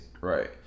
Right